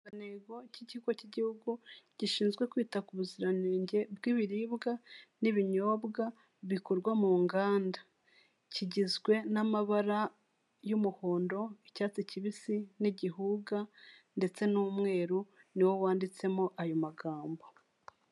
Ikirangantego cy'ikigo cy'igihugu gishinzwe kwita ku buziranenge bw'ibiribwa n'ibinyobwa bikorwa mu nganda, kigizwe n'amabara y'umuhondo, icyatsi kibisi n'igihuga ndetse n'umweru ni wo wanditsemo ayo magambo.